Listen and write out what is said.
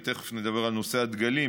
ותכף נדבר על נושא הדגלים,